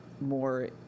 more